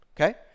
okay